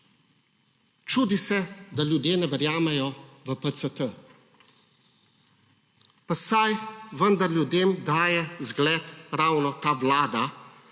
Čudi se, da ljudje ne verjamejo v PCT, pa saj vendar ljudem daje zgled ravno ta vlada